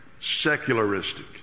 secularistic